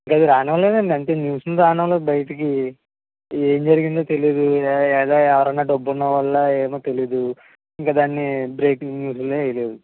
ఇంకది రానివ్వలేదండి అంటే న్యూసుని రానివ్వలేదు బయటికి ఏం జరిగిందో తెలీదు ఏ ఎలా ఎవరన్న డబ్బున్నవాళ్ళ ఏమో తెలీదు ఇంకా దాన్ని బ్రేకింగ్ న్యూస్లో వేయలేదు